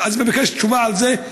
אני מבקש תשובה על זה,